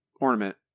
Ornament